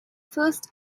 first